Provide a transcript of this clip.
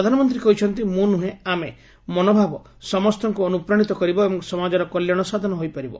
ପ୍ରଧାନମନ୍ତୀ କହିଛନ୍ତି ମୁଁ ନୁହେଁ ଆମେ ମନୋଭାବ ସମସ୍ତଙ୍କୁ ଅନୁପ୍ରାଶିତ କରିବ ଏବଂ ସମାଜର କଲ୍ୟାଶ ସାଧନ ହୋଇପାରିବ